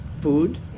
Food